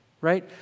Right